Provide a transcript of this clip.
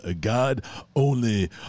God-only